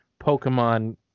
Pokemon